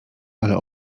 ale